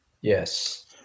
Yes